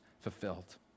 fulfilled